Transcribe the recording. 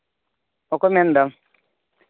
ᱚᱠᱚᱭᱮᱢ ᱢᱮᱱᱫᱟ